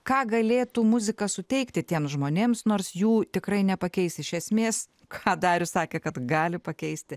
ką galėtų muzika suteikti tiems žmonėms nors jų tikrai nepakeis iš esmės ką darius sakė kad gali pakeisti